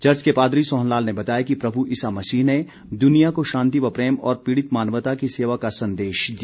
church के पादरी सोहन लाल ने बताया कि प्रभु ईसा मसीह ने दुनिया को शांति व प्रेम और पीड़ित मानवता की सेवा का संदेश दिया